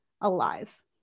alive